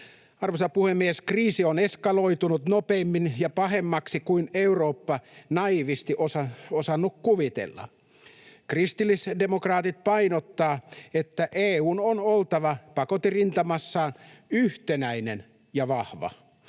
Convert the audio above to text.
Arvoisa puhemies! Kriisi on eskaloitunut nopeammin ja pahemmaksi kuin Eurooppa naiivisti on osannut kuvitella. Kristillisdemokraatit painottavat, että EU:n on oltava pakoterintamassaan yhtenäinen ja vahva.